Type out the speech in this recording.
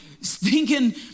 stinking